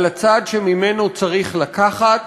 על הצד שממנו צריך לקחת